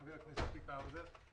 חבר הכנסת צביקה האוזר,